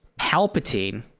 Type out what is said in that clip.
palpatine